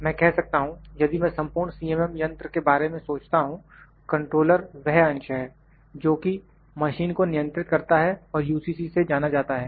मैं कह सकता हूं यदि मैं संपूर्ण सीएमएम यंत्र के बारे में सोचता हूं कंट्रोलर वह अंश है जोकि मशीन को नियंत्रित करता है और यूसीसी UCC से जाना जाता है